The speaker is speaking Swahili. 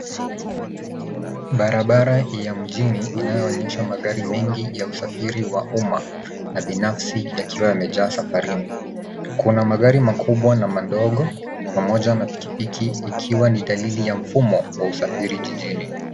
Barabara ya mjini inayoonyesha magari mengi ya usafiri wa umma na binafsi yakiwa yamejaa safarini. Kuna magari makubwa na madogo, pamoja na pikipiki ikiwa ni dalili ya mfumo wa usafiri jijini.